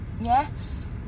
Yes